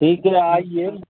ٹھیک ہے آئیے